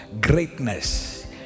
greatness